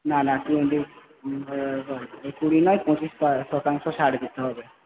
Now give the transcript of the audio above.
না না টোয়েন্টি কুড়ি নয় পঁচিশ শতাংশ ছাড় দিতে হবে